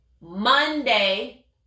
Monday